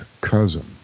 cousin